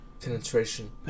penetration